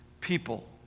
people